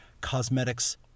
Cosmetics